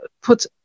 put